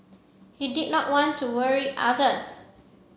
he did not want to worry others